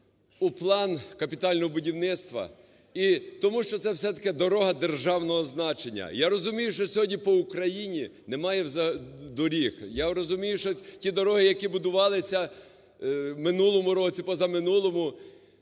у план капітального будівництва, і тому, що це все-таки дорога державного значення. Я розумію, що сьогодні по Україні немає доріг. Я розумію, що ті дороги, які будувалися в минулому році, позаминулому,